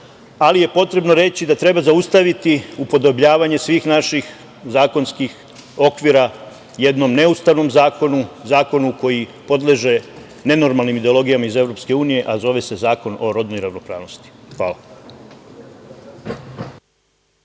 ali je potrebno reći da treba zaustaviti upodobljavanje svih naših zakonskih okvira jednom neustavnom zakonu, zakonu koji podleže nenormalnim ideologijama iz Evropske unije, a zove se Zakon o rodnoj ravnopravnosti. Hvala.